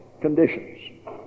conditions